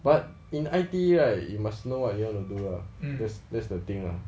but in I_T_E right you must know what you wanna do lah that's the thing lah